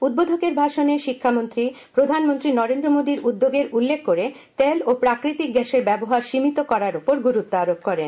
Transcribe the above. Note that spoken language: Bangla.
উদ্বোধকের ভাষণে শিক্ষামন্ত্রী প্রধানমন্ত্রী নরেন্দ্র মোদীর উদ্যোগের উল্লেখ করে তিনি তেল ও প্রাকৃতিক গ্যাসের ব্যবহার সীমিত করার উপর গুরুত্ব আরোপ করেন